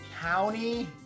County